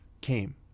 came